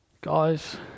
Guys